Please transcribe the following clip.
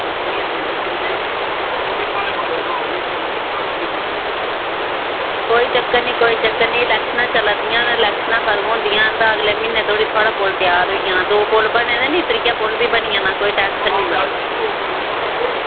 कोई चक्कर निं कोई चक्कर निं लैक्शनां चला दियां न लैक्शनां खत्म होंदियां न तां अगले म्हीन्ने धोड़ी थुआढ़ा पुल त्यार होई जाना दो पुल बने दे निं त्रिया पुल बी बनी जाना कोई टैंशन निं लैओ